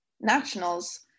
nationals